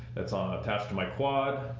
that's on. attached to my quad,